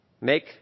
make